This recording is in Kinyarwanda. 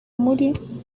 muri